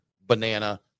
banana